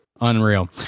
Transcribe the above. unreal